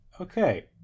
Okay